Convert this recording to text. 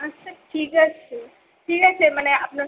আচ্ছা ঠিক আছে ঠিক আছে মানে আপনার